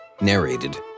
Narrated